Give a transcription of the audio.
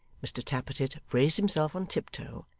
mr tappertit raised himself on tiptoe,